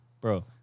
Bro